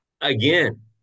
again